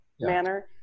manner